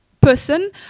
person